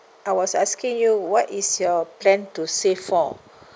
I was asking you what is your plan to save for